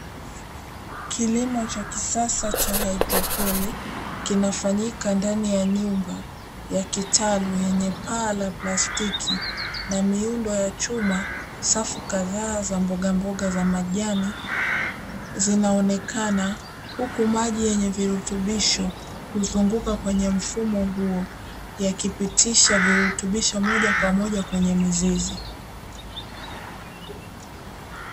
Kilimo cha kisasa cha haidroponi kinafanyika ndani ya nyumba ya kitalu yenye paa la plastiki na miundo ya chuma, safu kadhaa za mbogamboga za majani zinaonekana. Huku maji yenye virutubisho huzunguka kwenye mfumo huo yakipitisha virutubisho moja kwa moja kwenye mizizi.